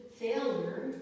failure